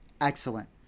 excellent